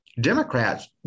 Democrats